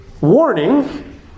warning